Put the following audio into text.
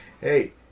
hey